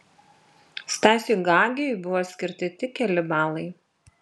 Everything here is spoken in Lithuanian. stasiui gagiui buvo skirti tik keli balai